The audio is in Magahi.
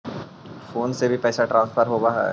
फोन से भी पैसा ट्रांसफर होवहै?